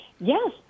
Yes